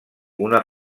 una